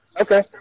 Okay